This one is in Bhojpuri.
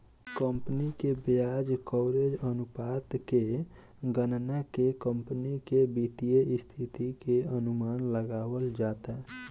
कंपनी के ब्याज कवरेज अनुपात के गणना के कंपनी के वित्तीय स्थिति के अनुमान लगावल जाता